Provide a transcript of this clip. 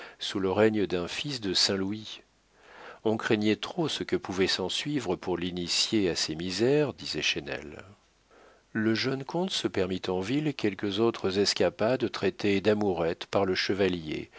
sous le règne d'un fils de saint louis on craignait trop ce qui pouvait s'ensuivre pour l'initier à ces misères disait chesnel le jeune comte se permit en ville quelques autres escapades traitées d'amourettes par le chevalier